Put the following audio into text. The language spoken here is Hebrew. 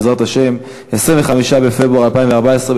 25 בפברואר 2014,